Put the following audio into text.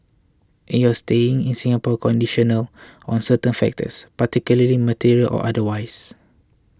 in your staying in Singapore conditional on certain factors particularly material or otherwise